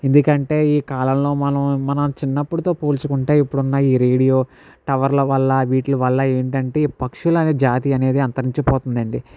ఎందుకంటే ఈ కాలంలో మనం మన చిన్నప్పుటితో పోల్చుకుంటే ఇప్పుడున్న ఈ రేడియో టవర్ల వల్ల వీటి వల్ల ఏంటంటే ఈ పక్షులనే జాతి అనేది అంతరించి పోతుందండి